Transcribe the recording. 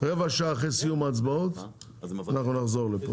רבע שעה אחרי סיום ההצבעות אנחנו נחזור לפה.